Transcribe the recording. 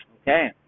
Okay